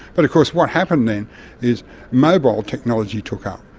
but of course what happened then is mobile technology took up.